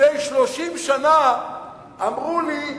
לפני 30 שנה, אמרו לי,